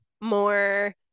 more